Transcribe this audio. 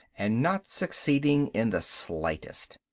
and not succeeding in the slightest.